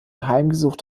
heimgesucht